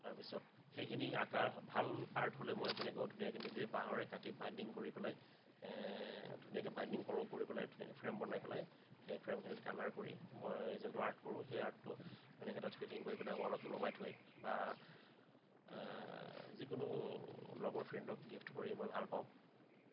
তাৰ পিছত সেইখিনি আঁকা ভাল আৰ্ট হ'লে মই সেইখিনি আকৌ নিজেই বাহঁৰে কাটি বাইণ্ডিং কৰি পেলাই ধুনীয়াকে বাইণ্ডিং কৰোঁ কৰি পেলাই ধুনীয়াকে ফ্ৰেম বনাই পেলাই সেই ফ্ৰেম খিনিত কালাৰ কৰি মই যোনতো আৰ্ট কৰোঁ সেই আৰ্টতো মানে ধুনীয়াকে ফিটিং কৰি পেলাই ৱালত ওলমাই থৈ বা যিকোনো লগৰ ফ্ৰেণ্ডক মই গিফট কৰি মই মই ভাল পাওঁ